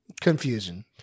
Confusion